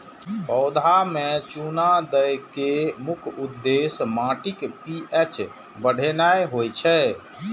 पौधा मे चूना दै के मुख्य उद्देश्य माटिक पी.एच बढ़ेनाय होइ छै